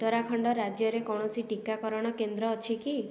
ଉତ୍ତରାଖଣ୍ଡ ରାଜ୍ୟରେ କୌଣସି ଟୀକାକରଣ କେନ୍ଦ୍ର ଅଛି କି